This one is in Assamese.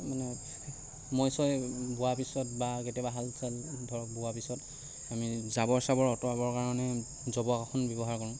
মানে মৈ চৈ বোৱাৰ পিছত বা কেতিয়াবা হাল চাল ধৰক বোৱাৰ পিছত আমি জাবৰ চাবৰ আঁতৰাবৰ কাৰণে জবকাখন ব্যৱহাৰ কৰোঁ